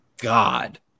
God